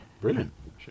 Brilliant